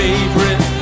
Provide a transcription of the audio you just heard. favorite